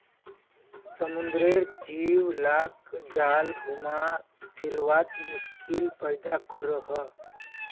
समुद्रेर जीव लाक जाल घुमा फिरवात मुश्किल पैदा करोह